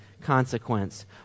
consequence